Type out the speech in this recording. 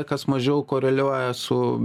kas mažiau koreliuoja su